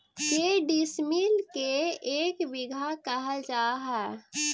के डिसमिल के एक बिघा खेत कहल जा है?